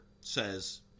says